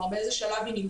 באיזה שלב היא נמצאת.